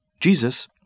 Jesus